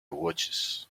watches